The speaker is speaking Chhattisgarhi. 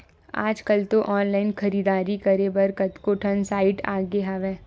आजकल तो ऑनलाइन खरीदारी करे बर कतको ठन साइट आगे हवय